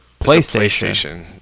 PlayStation